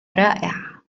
رائع